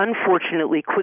unfortunately